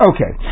Okay